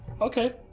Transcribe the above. Okay